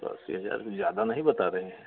तो अस्सी हज़ार कुछ ज़्यादा नहीं बता रही हैं